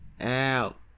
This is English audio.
out